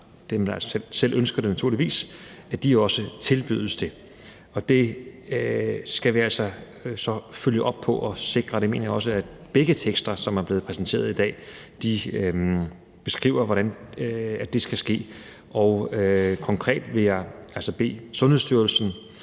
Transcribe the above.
det – altså naturligvis dem, der selv ønsker det. Og det skal vi så følge op på og sikre. Det mener jeg også begge de vedtagelsestekster, som er blevet præsenteret i dag, beskriver hvordan skal ske. Og konkret vil jeg bede Sundhedsstyrelsen